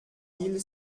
mille